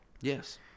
Yes